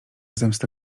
zemsta